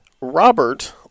Robert